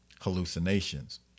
hallucinations